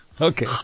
Okay